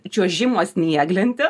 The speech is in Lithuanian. čiuožimo snieglente